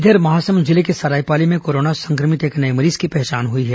इधर महासमुंद जिले के सरायपाली में कोरोना संक्रमित एक नये मरीज की पहचान हुई है